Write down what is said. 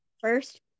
first